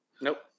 Nope